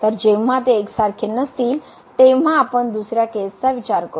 तर जेव्हा ते एकसारखे नसतील तेव्हा आपण दुसऱ्या केसचा विचार करू